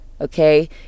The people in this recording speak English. okay